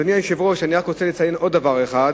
אדוני היושב-ראש, אני רק רוצה לציין עוד דבר אחד,